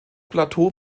plateau